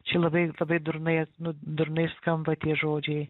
čia labai labai durnai nu durnai skamba tie žodžiai